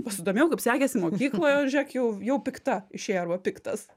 pasidomėjau kaip sekėsi mokykloje o žiūrėk jau jau pikta išėjo arba piktas